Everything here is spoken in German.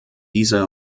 dieser